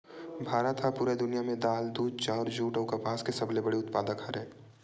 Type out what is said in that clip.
भारत हा पूरा दुनिया में दाल, दूध, चाउर, जुट अउ कपास के सबसे बड़े उत्पादक हरे